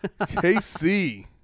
KC